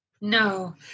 No